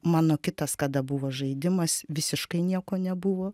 mano kitas kada buvo žaidimas visiškai nieko nebuvo